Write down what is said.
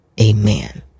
amen